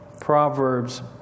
Proverbs